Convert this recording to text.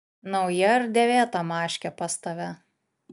nauja ar dėvėta maškė pas tave